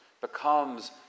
becomes